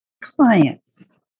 clients